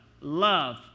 love